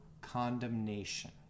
condemnation